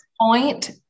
point